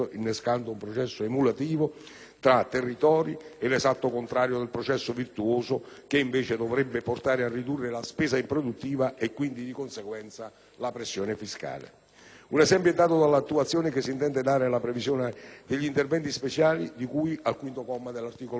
tra territori, che è l'esatto contrario del processo virtuoso che invece dovrebbe portare a ridurre la spesa improduttiva e quindi, di conseguenza, la pressione fiscale. Un esempio è dato dall'attuazione che si intende dare alla previsione degli interventi speciali di cui al quinto comma dell'articolo 119 della nostra Costituzione.